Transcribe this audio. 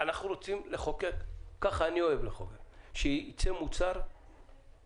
אנחנו רוצים לחוקק כך אני אוהב לחוקק באופן שייצא מוצר מושלם.